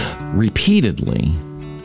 repeatedly